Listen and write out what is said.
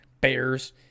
bears